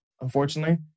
unfortunately